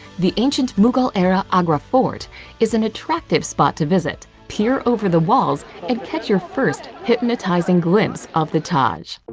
the ancient mughal-era agra fort is an attractive spot to visit peer over the walls here and catch your first hypnotizing glimpse of the taj.